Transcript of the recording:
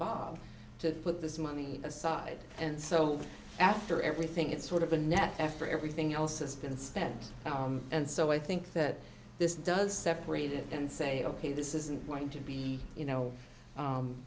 bar to put this money aside and so after everything it's sort of a net after everything else has been spent and so i think that this does separate it and say ok this isn't going to be you know